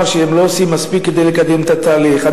שהם לא עושים מספיק כדי לקדם את התהליך.